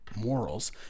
morals